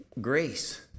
Grace